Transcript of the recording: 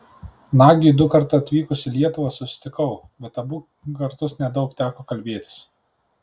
nagiui dukart atvykus į lietuvą susitikau bet abu kartus nedaug teko kalbėtis